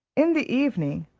in the evening,